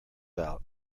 out